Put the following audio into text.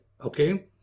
okay